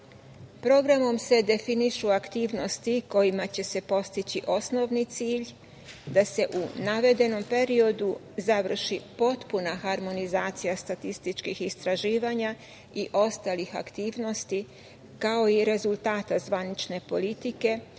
EU.Programom se definišu aktivnosti kojima će se postići osnovni cilj da se u navedenom periodu završi potpuna harmonizacija statističkih istraživanja i ostalih aktivnosti, kao i rezultata zvanične politike